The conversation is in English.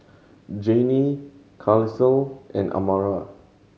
Jannie Carlisle and Amara